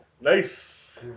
Nice